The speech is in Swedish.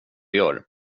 gör